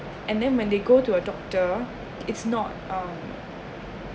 and then when they go to a doctor it's not uh